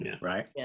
right